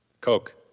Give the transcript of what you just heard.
Coke